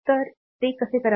तर ते कसे करावे